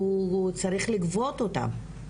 הוא צריך לגבות אותם.